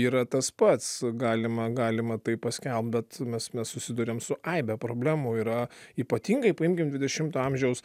yra tas pats galima galima tai paskelbt bet mes mes susiduriam su aibe problemų yra ypatingai paimkim dvidešimto amžiaus